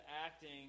acting